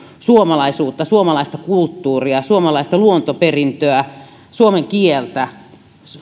suomalaisuutta suomalaista kulttuuria suomalaista luontoperintöä suomen kieltä